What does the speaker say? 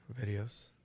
videos